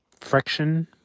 friction